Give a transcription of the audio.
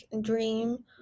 dream